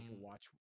Watch